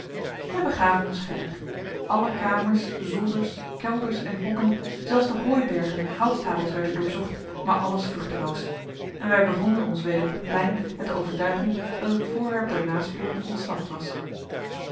wij begaven ons verder alle kamers zolders kelders en hokken zelfs de hooibergen en houtstapels werden doorzocht maar alles vruchteloos en wij bevonden ons weder op het plein met de overtuiging dat het voorwerp der nasporing ontsnapt was